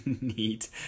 Neat